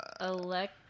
elect